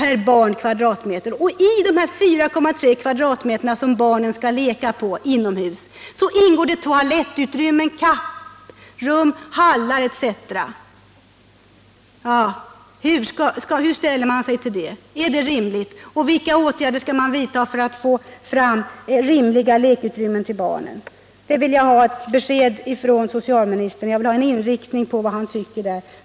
är ytorna per barn. I den yta på t.ex. 4,3 m? som barnen skall leka på inomhus ingår toalettrum, kapprum, hallar etc. Hur ställer sig socialministern till det? Är det rimligt att ha så små ytor? Vilka åtgärder skall man vidta för att få fram rimliga lekutrymmen för barnen? Jag vill veta vad socialministern tycker, och jag vill ha ett besked om socialministerns viljeinriktning.